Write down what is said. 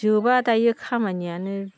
जोबा दायो खामानियानो